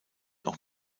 auch